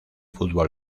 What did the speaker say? fútbol